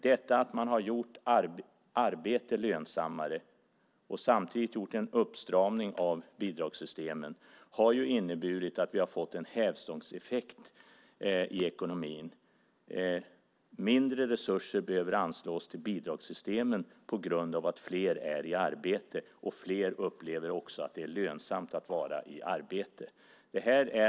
Detta att man har gjort arbete lönsammare och samtidigt gjort en uppstramning av bidragssystemen har inneburit en hävstångseffekt i ekonomin. Mindre resurser behöver anslås till bidragssystemen på grund av att fler är i arbete och fler också upplever att det är lönsamt att vara i arbete.